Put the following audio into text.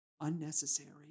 unnecessary